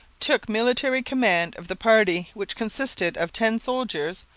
took military command of the party, which consisted of ten soldiers,